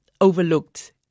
overlooked